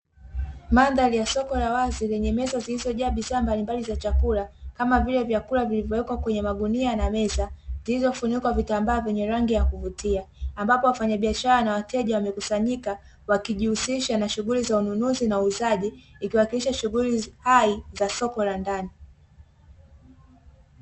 Mandhari ya soko la wazi lenye meza zilizojaa bidhaa mbalimbali za chakula kama vile vyakula vilivyoekwa kwenye magunia na meza zilizofunikwa vitambaa vyenye rangi ya kuvutia, ambapo wafanyabiashara na wateja wamekusanyika, wakijihusisha na shughuli za ununuzi na uuzaji, ikiwakilisha shughuli hai za soko la ndani.